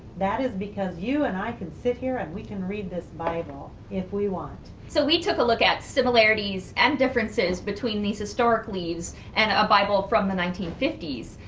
that is because you and i can sit here and we can read this bible, if we want. so we took a look at similarities and differences between these historic leaves and a bible from the nineteen fifty s.